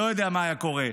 אני לא יודע מה היה קורה.